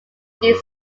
this